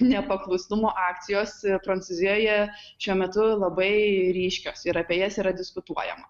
nepaklusnumo akcijos prancūzijoje šiuo metu labai ryškios ir apie jas yra diskutuojama